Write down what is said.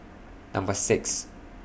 Number six